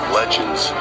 legends